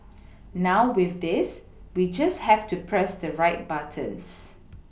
now with this we just have to press the right buttons